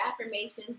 affirmations